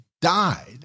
died